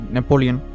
Napoleon